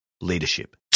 leadership